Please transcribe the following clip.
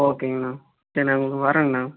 ஓகேங்கண்ணா என ஒரு வரோங்கண்ணா